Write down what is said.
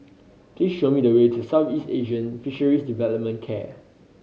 please show me the way to Southeast Asian Fisheries Development care